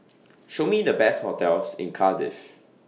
Show Me The Best hotels in Cardiff